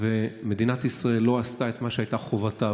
כאן ומדינת ישראל לא עשתה את מה שהייתה חובתה.